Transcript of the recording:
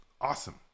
awesome